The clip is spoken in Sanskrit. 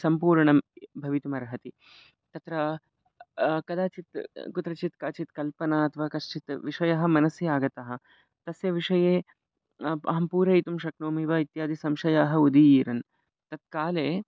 सम्पूर्णं भवितुम् अर्हति तत्र कदाचित् कुत्रचित् काचित् कल्पना अथवा कश्चित् विषयः मनसि आगतः तस्य विषये आप् अहं पूरयितुं शक्नोमि वा इत्यादि संशयाः उदीरन् तत्काले